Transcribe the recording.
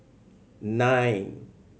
nine